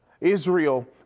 Israel